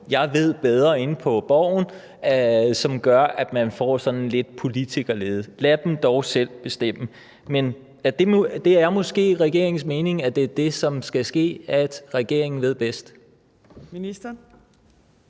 ved bedre, som gør, at nogle får sådan lidt politikerlede. Lad dem dog selv bestemme. Men det er måske regeringens mening, at det er det, som skal ske, altså at regeringen ved bedst?